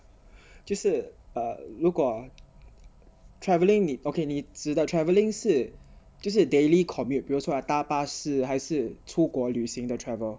就是 uh 如果 travelling 你 okay 你指的 travelling 是就是 daily commute 比如说搭巴士还是出国旅行 the travel